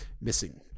missing